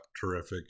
terrific